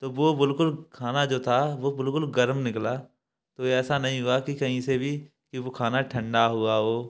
तो वो बिल्कुल खाना जो था वो बिल्कुल गर्म निकला तो ऐसा नहीं हुआ कि कहीं से भी कि वो खाना ठण्डा हुआ हो